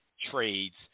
trades